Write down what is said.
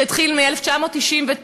שהתחיל ב-1999,